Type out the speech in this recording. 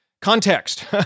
context